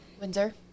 Windsor